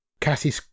Cassie